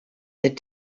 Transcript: that